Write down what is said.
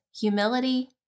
humility